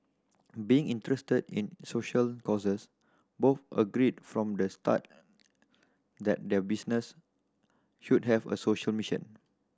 being interested in social causes both agreed from the start that their business should have a social mission